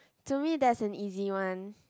to me that's an easy one